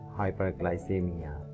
hyperglycemia